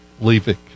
leaving